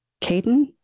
Caden